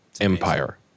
empire